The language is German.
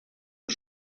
ist